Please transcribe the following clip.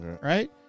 right